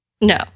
No